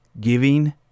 giving